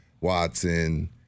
Watson